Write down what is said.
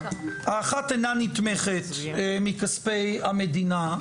האחת אינה נתמכת מכספי המדינה,